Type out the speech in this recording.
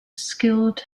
skilled